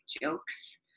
jokes